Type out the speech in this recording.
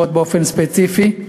ה-500 באופן ספציפי.